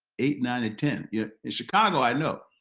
eight nine to ten yeah in chicago i know